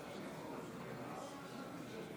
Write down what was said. נגד.